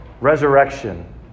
resurrection